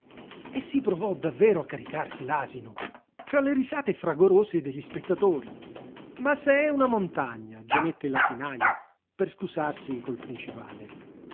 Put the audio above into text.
e si provò davvero a caricarsi l'asino tra le risate fragorose degli spettatori ma se è una montagna gemette l'asinajo per scusarsi col principale